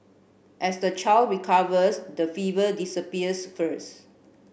as the child recovers the fever disappears first